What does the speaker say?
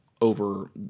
over